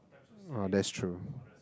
orh that's true